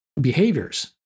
behaviors